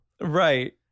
Right